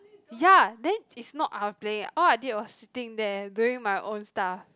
ya then it's not I playing all I did was sitting there doing my own stuff